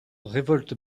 révolte